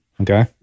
Okay